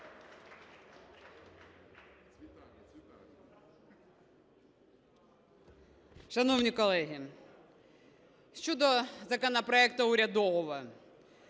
Шановні колеги, щодо законопроекту урядового.